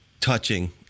touching